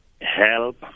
help